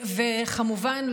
וכמובן,